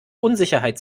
unsicherheit